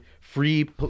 Free